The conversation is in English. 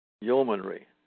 Yeomanry